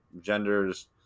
genders